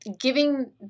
giving